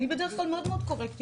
אני בדרך כלל מאוד מאוד קורקטית,